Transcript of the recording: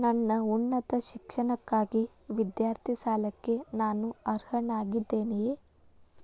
ನನ್ನ ಉನ್ನತ ಶಿಕ್ಷಣಕ್ಕಾಗಿ ವಿದ್ಯಾರ್ಥಿ ಸಾಲಕ್ಕೆ ನಾನು ಅರ್ಹನಾಗಿದ್ದೇನೆಯೇ?